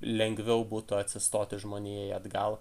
lengviau būtų atsistoti žmonijai atgal